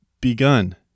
begun